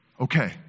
Okay